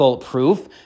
proof